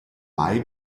mai